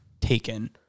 taken